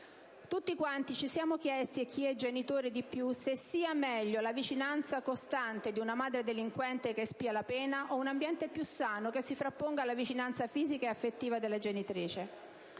Tutti quanti ci siamo chiesti (e chi è genitore di più) se sia meglio la vicinanza costante di una madre delinquente che espia la pena o un ambiente più "sano" che si frapponga alla vicinanza fisica e affettiva della genitrice.